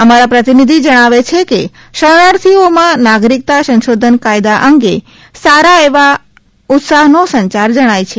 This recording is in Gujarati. અમારા પ્રતિનિધિ જણાવે છે કે શરણાર્થીઓમાં નાગરિકતા સંશોધન કાયદા અંગે સારા એવા ઉત્સાહનો સંચાર જણાય છે